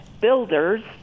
builders